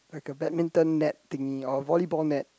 like a badminton net thingy or volleyball net